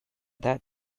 that